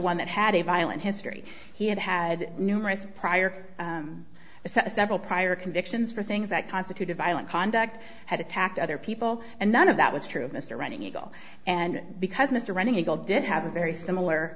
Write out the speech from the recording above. one that had a violent history he had had numerous prior a set of several prior convictions for things that constituted violent conduct had attacked other people and none of that was true of mr running eagle and because mr running eagle did have a very similar